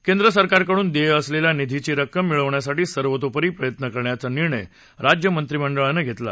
केंद्र सरकारकडून देय असलेल्या निधीची रक्कम मिळवण्यासाठी सर्वतोपरी प्रयत्न करण्याचा निर्णय राज्य मंत्रिमंडळानं काल घेतला